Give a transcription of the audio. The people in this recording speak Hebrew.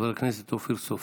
חבר הכנסת אופיר סופר.